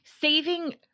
saving